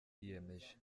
yiyemeje